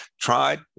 tried